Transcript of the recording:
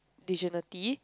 dignity